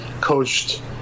coached